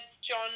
John